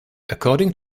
according